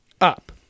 up